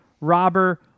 robber